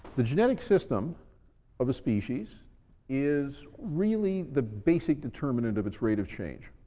the genetic system of a species is really the basic determinant of its rate of change.